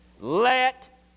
Let